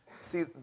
See